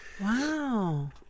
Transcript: Wow